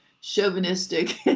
chauvinistic